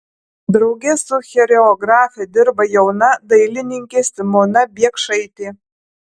drauge su choreografe dirba jauna dailininkė simona biekšaitė